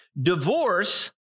Divorce